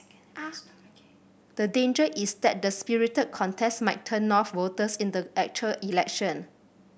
the danger is that the spirited contest might turn off voters in the actual election